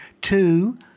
two